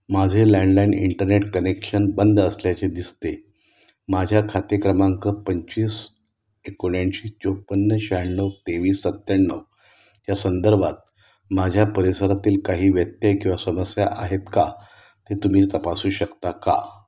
माझे landline internet connection बंद असल्याचे दिसते माझ्या खाते क्रमांक पंचवीस एकोणऐंशी चोपन्न शहाण्णव तेवीस सत्त्याण्णव ह्या संदर्भात माझ्या परिसरातील काही व्यत्यय किंवा समस्या आहेत का ते तुम्ही तपासू शकता का